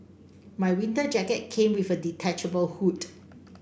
my winter jacket came with a detachable hood